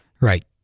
Right